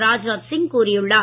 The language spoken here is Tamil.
ராஜ்நாத் சிங் கூறியுள்ளார்